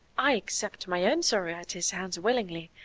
i accept my own sorrow at his hands willingly,